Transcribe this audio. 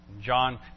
John